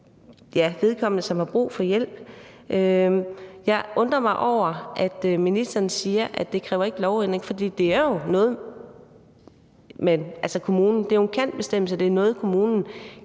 for vedkommende, som har brug for hjælp? Jeg undrer mig over, at ministeren siger, at det ikke kræver en lovændring, for det er jo en »kan«-bestemmelse – det er noget, hvor kommunen